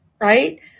Right